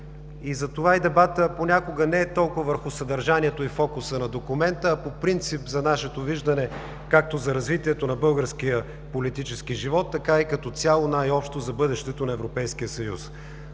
Затова и дебатът понякога не е толкова върху съдържанието и фокуса на документа, а по принцип за нашето виждане, както за развитието на българския политически живот, така и като цяло най-общо за бъдещето на Европейския съюз.